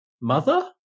mother